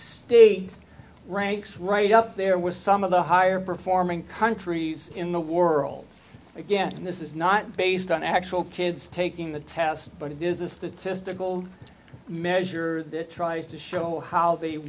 state ranks right up there was some of the higher performing countries in the world again this is not based on actual kids taking the test but it is a statistical measure that tries to show how they